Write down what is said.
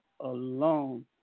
Alone